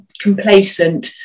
complacent